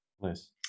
Nice